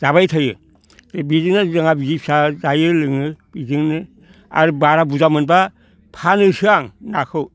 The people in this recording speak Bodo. जाबाय थायो बेजोंनो जोंहा बिसि फिसा जायो लोङो बिजोंनो आरो बारा बुरजा मोनब्ला फानोसो आं नाखौ